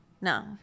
no